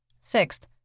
Sixth